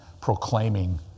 proclaiming